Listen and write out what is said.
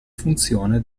funzione